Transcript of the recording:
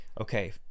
okay